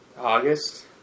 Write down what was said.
August